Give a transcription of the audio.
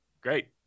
Great